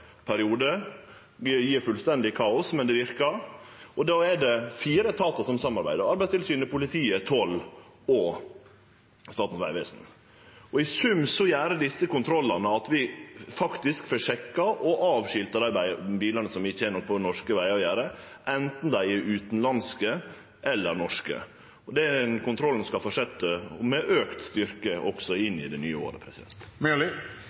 periode. Det gjev fullstendig kaos, men det verkar. Då er det fire etatar som samarbeider: Arbeidstilsynet, politiet, tolletaten og Statens vegvesen. I sum gjer desse kontrollane at vi faktisk får sjekka og avskilta dei bilane som ikkje har noko på norske vegar å gjere, enten dei er utanlandske eller norske. Den kontrollen skal fortsetje med auka styrke også inn i det nye året.